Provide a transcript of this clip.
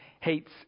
hates